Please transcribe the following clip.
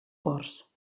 ports